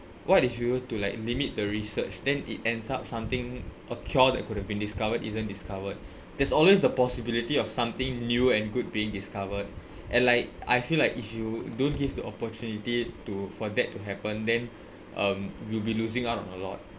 what if you were to like limit the research then it ends up something a cure that could've been discovered isn't discovered there's always the possibility of something new and good being discovered and like I feel like if you don't give the opportunity to for that to happen then um we'll be losing out on a lot